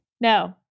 No